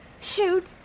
Shoot